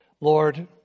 Lord